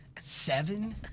Seven